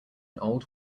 old